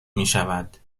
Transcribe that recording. میشود